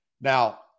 Now